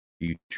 future